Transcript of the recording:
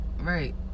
right